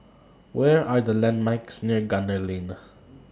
What Are The landmarks near Gunner Lane